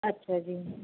ਅੱਛਾ ਜੀ